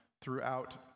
Throughout